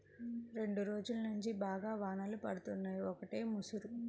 రెండ్రోజుల్నుంచి బాగా వానలు పడుతున్నయ్, ఒకటే ముసురు